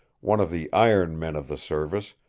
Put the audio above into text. one of the iron men of the service,